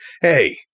Hey